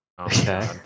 Okay